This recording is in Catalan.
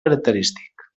característic